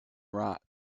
rot